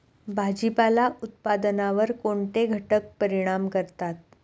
भाजीपाला उत्पादनावर कोणते घटक परिणाम करतात?